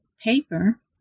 paper